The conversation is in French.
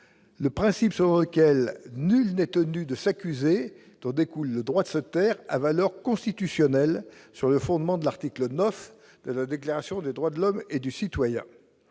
le principe selon lequel nul n'est tenu de s'accuser dont découle le droit de se taire à valeur constitutionnelle, sur le fondement de l'article 9 de la déclaration des droits de l'homme et du citoyen,